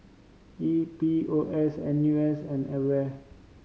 E P O S N U S and AWARE